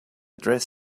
dress